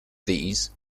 these